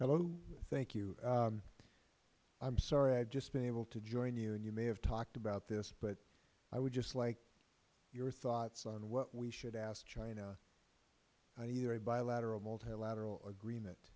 hello thank you i am sorry i have just been able to join you and you may have talked about this but i would like your thoughts on what we should ask china on either a bilateral or multilateral agreement